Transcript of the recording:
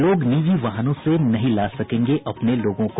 लोग निजी वाहनों से नहीं ला सकेंगे अपने लोगों को